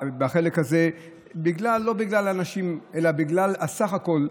לא בגלל האנשים אלא בגלל הסך-הכול,